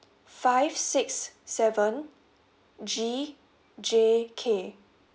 five six seven G J K